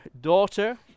daughter